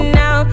now